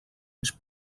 ens